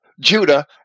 Judah